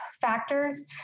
factors